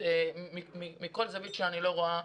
מכל זווית שאני רואה,